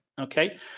Okay